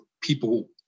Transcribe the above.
people